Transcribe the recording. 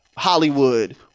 Hollywood